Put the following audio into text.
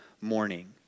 morning